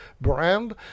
brand